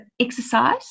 exercise